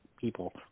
people